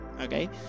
okay